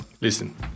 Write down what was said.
Listen